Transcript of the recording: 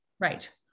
Right